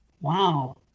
Wow